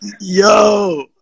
Yo